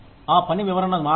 ఆ పని వివరణ మారవచ్చు